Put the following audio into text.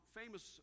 famous